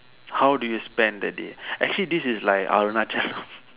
how do you spend the day actually this is like Arunachalam